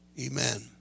Amen